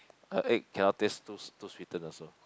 a egg cannot taste too too sweeten also